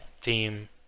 team